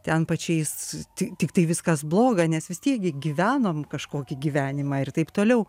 ten pačiais ti tiktai viskas bloga nes vis tiek gi gyvenom kažkokį gyvenimą ir taip toliau